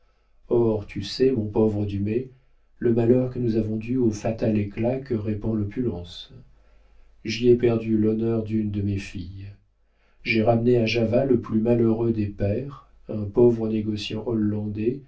or tu sais mon pauvre dumay le malheur que nous avons dû au fatal éclat que répand l'opulence j'y ai perdu l'honneur d'une de mes filles j'ai ramené à java le plus malheureux des pères un pauvre négociant hollandais